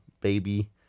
baby